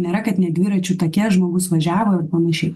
nėra kad ne dviračių take žmogus važiavo ir panašiai